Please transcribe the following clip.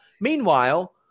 Meanwhile